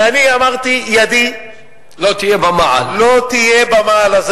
ואני אמרתי: ידי, לא תהיה במעל.